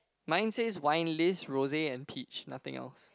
mine says wine list rosy and peach nothing else